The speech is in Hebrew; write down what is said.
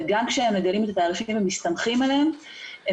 וגם כשהם מגלים את התעריפים ומסתמכים עליהם הם